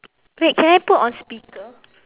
wait can I put on speaker